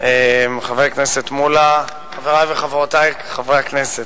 חבר הכנסת מולה, חברי וחברותי חברי הכנסת,